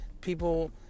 people